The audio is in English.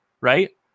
right